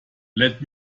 let